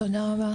ט': תודה רבה.